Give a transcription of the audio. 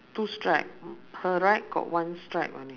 two stripe her right got one stripe only